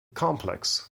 complex